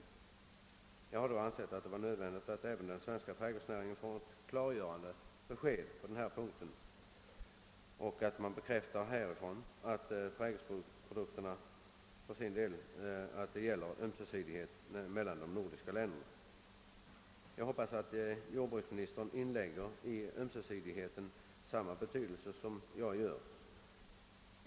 Av den anledningen har jag ansett det nödvändigt att även svensk trädgårdsnäring får ett klargörande besked på denna punkt och att statsmakterna bekräftar att ömsesidighet skall råda mellan de nordiska länderna. Jag hoppas att jordbruksministern i uttrycket >ömsesidighet> inlägger samma betydelse som jag gör.